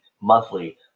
monthly